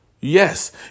Yes